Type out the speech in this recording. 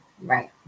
Right